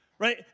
Right